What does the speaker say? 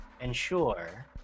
ensure